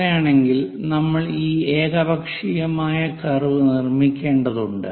അങ്ങനെയാണെങ്കിൽ നമ്മൾ ഈ ഏകപക്ഷീയമായ കർവ് നിർമ്മിക്കേണ്ടതുണ്ട്